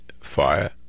Fire